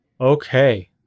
Okay